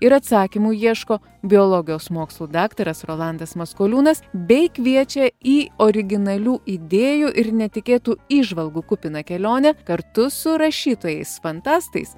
ir atsakymų ieško biologijos mokslų daktaras rolandas maskoliūnas bei kviečia į originalių idėjų ir netikėtų įžvalgų kupiną kelionę kartu su rašytojais fantastais